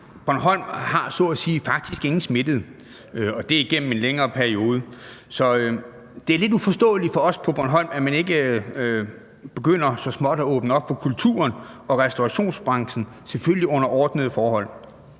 Bornholm har så at sige faktisk ingen smittede, og det er igennem en længere periode. Så det er lidt uforståeligt for os på Bornholm, at man ikke så småt begynder at åbne op for kulturen og restaurationsbranchen, selvfølgelig under ordnede forhold.